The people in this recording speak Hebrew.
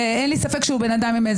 ואין לי ספק שהוא בן אדם -,